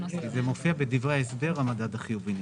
זה נוגע לכל הקרנות באותו אופן?